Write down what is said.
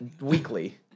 weekly